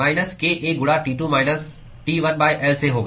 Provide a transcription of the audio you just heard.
minus kA गुणा T2 minus T1 L से होगा